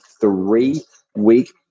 three-week